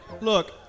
Look